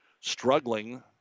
struggling